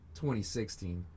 2016